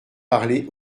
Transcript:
parlé